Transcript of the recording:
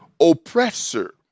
oppressor